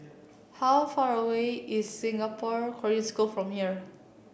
how far away is Singapore Korean School from here